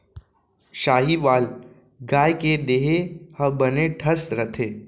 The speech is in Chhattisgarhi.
साहीवाल गाय के देहे ह बने ठस रथे